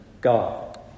God